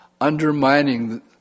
undermining